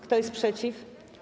Kto jest przeciw?